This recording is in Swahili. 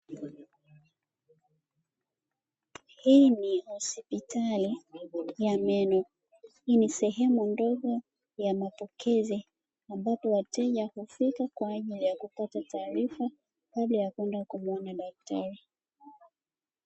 Hii ni hosipitali ya meno, hii ni sehemu ndogo ya mapokezi ambapo wateja hufika kwa ajili yakupata taarifa kabla ya kwenda kumuona daktari.